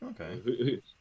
Okay